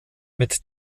mit